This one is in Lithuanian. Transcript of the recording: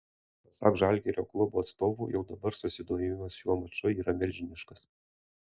pasak žalgirio klubo atstovų jau dabar susidomėjimas šiuo maču yra milžiniškas